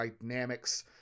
dynamics